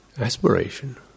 aspiration